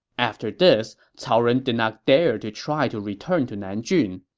after this, cao ren did not dare to try to return to nanjun.